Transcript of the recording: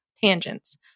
tangents